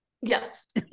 Yes